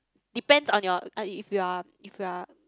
depends on your if you are if you are